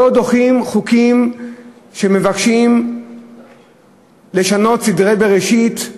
לא דוחים חוקים שמבקשים לשנות סדרי בראשית,